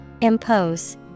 Impose